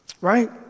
right